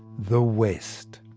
the west.